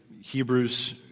Hebrews